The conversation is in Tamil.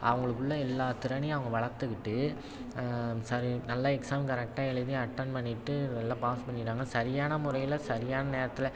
அவங்களுக்குள்ள எல்லா திறனையும் அவங்க வளர்த்துக்கிட்டு சரி நல்லா எக்ஸாம் கரெக்டாக எழுதி அட்டன் பண்ணிவிட்டு எல்லாம் பாஸ் பண்ணிவிட்டாங்கன்னா சரியான முறையில் சரியான நேரத்தில்